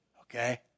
Okay